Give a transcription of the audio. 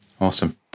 Awesome